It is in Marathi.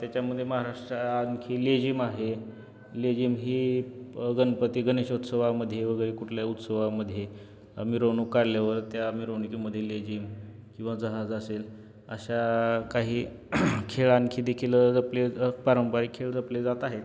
त्याच्यामध्ये महाराष्ट्र आ आणखी लेझिम आहे लेझिम ही गणपती गणेशोत्सवामध्ये वगैरे कुठल्या उत्सवामध्ये मिरवणुक आल्यावर त्या मिरवणुकीमध्ये लेझिम किंवा झांज असेल अशा काही खेळ आ आणखी देखील जपले पारंपरिक खेळ जपले जात आहेत